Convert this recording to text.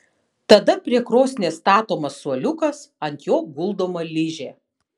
tada prie krosnies statomas suoliukas ant jo guldoma ližė